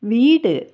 வீடு